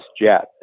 jet